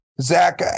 Zach